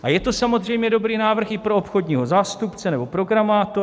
A je to samozřejmě dobrý návrh i pro obchodního zástupce nebo programátora.